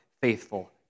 faithful